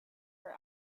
her